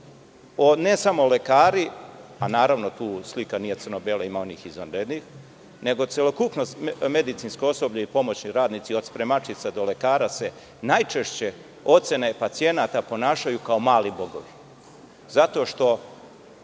ne samo lekari, a naravno tu slika nije crno-bela, ima onih izvanrednih, nego celokupno medicinsko osoblje i pomoćni radnici od spremačica do lekara se najčešće, po ocenama pacijenata, ponašaju kao mali bogovi zato što